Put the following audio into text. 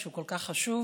שהוא כל כך חשוב.